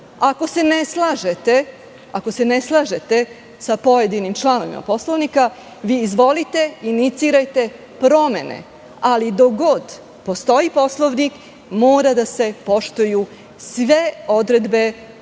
Ako se ne slažete sa pojedinim članovima Poslovnika, vi izvolite inicirajte promene, ali dok god postoji Poslovnik, moraju da se poštuju sve odredbe važećeg